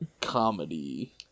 comedy